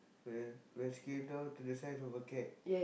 when when scale down to the size of a cat